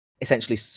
essentially